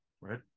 right